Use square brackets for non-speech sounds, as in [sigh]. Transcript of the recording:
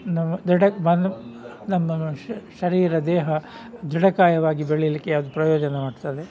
ನಮ್ಮ ದೃಢ [unintelligible] ನಮ್ಮ ಶರೀರ ದೇಹ ದೃಢಕಾಯವಾಗಿ ಬೆಳೆಯಲಿಕ್ಕೆ ಅದು ಪ್ರಯೋಜನವಾಗ್ತದೆ